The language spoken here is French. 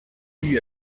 lui